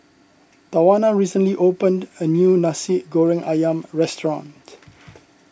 Tawana recently opened a new Nasi Goreng Ayam restaurant